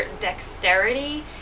dexterity